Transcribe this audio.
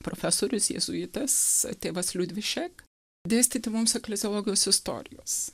profesorius jėzuitas tėvas liudvišek dėstyti mums ekleziologijos istorijos